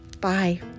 Bye